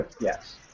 Yes